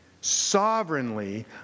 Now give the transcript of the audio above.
sovereignly